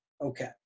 Okay